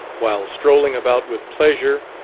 while strolling about with pleasure,